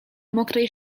mokrej